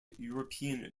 european